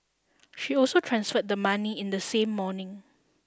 she also transferred the money in the same morning